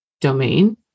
domain